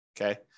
Okay